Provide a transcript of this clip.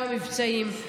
גם המבצעים.